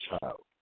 child